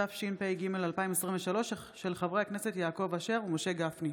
התשפ"ג 2023, של חברי הכנסת יעקב אשר ומשה גפני.